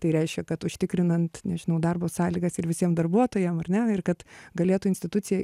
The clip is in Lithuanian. tai reišia kad užtikrinant nežinau darbo sąlygas ir visiem darbuotojam ar ne ir kad galėtų institucija